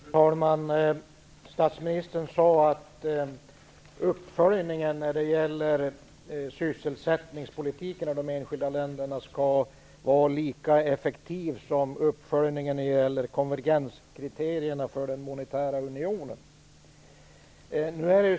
Fru talman! Statsministern sade att uppföljningen när det gäller sysselsättningspolitiken i de enskilda länderna skall vara lika effektiv som uppföljningen när det gäller konvergenskriterierna för den monetära unionen.